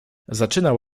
zaczynał